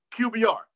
QBR